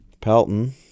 Pelton